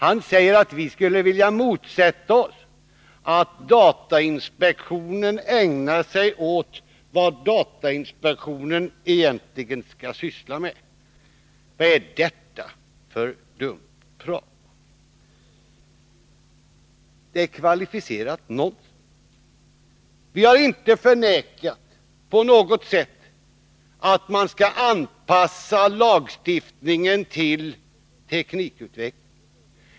Han säger att vi skulle vilja motsätta oss att datainspektionen ägnar sig åt vad den egentligen skall syssla med. Det är kvalificerat nonsens. Vi har inte på något sätt förnekat att man skall anpassa lagstiftningen till teknikutvecklingen.